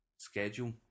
Schedule